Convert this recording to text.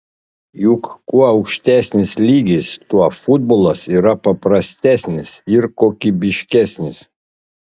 juk kuo aukštesnis lygis tuo futbolas yra paprastesnis ir kokybiškesnis